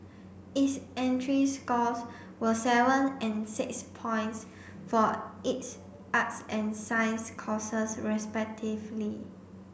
its entry scores were seven and six points for its arts and science courses respectively